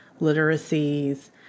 literacies